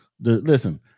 Listen